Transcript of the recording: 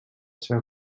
seva